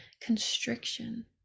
constriction